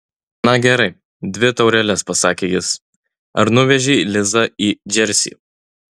na gerai dvi taureles pasakė jis ar nuvežei lizą į džersį